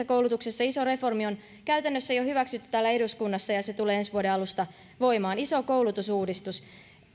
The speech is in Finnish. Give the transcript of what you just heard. koulutuksessa iso reformi on käytännössä jo hyväksytty täällä eduskunnassa ja se tulee ensi vuoden alusta voimaan iso koulutusuudistus